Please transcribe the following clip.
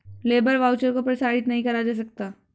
labour voucher को प्रसारित नहीं करा जा सकता